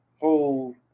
whole